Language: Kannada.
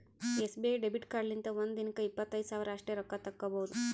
ಎಸ್.ಬಿ.ಐ ಡೆಬಿಟ್ ಕಾರ್ಡ್ಲಿಂತ ಒಂದ್ ದಿನಕ್ಕ ಇಪ್ಪತ್ತೈದು ಸಾವಿರ ಅಷ್ಟೇ ರೊಕ್ಕಾ ತಕ್ಕೊಭೌದು